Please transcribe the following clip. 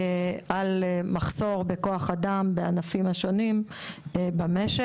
על מחסור בכוח אדם, בענפים השונים במשק.